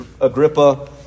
Agrippa